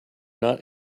not